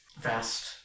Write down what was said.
vast